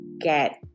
get